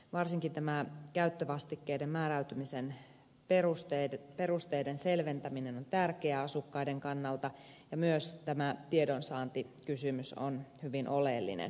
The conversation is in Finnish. varsinkin tämä käyttövastikkeiden määräytymisen perusteiden selventäminen on tärkeää asukkaiden kannalta ja myös tämä tiedonsaantikysymys on hyvin oleellinen